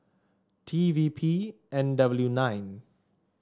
T V P N W nine